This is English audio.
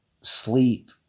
sleep